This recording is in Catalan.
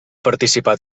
participar